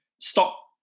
stop